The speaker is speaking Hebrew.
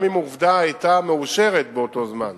גם אם "עובדה" היה מאושר באותו זמן